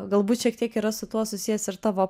galbūt šiek tiek yra su tuo susijęs ir tavo